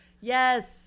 Yes